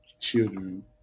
children